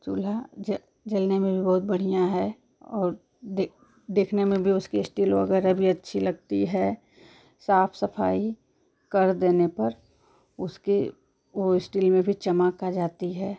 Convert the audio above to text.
चूल्हा ज जलने में भी बहुत बढ़िया है और देख देखने में भी उसकी इस्टिल वगैरह भी अच्छी लगती है साफ सफाई कर देने पर उसके वो इस्टिल में भी चमक आ जाती है